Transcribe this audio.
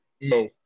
no